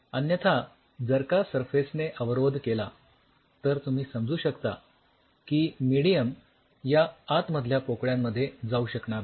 अन्यथा जर का सरफेसने अवरोध केला तर तुम्ही समजू शकता की मेडीयम या आतमधल्या पोकळ्यांमध्ये जाऊ शकणार नाही